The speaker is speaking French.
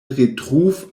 retrouve